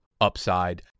upside